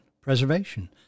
preservation